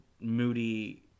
moody